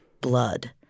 Blood